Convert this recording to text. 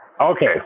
Okay